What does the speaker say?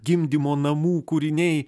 gimdymo namų kūriniai